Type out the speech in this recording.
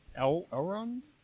Elrond